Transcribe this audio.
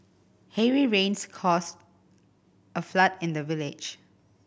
heavy rains caused a flood in the village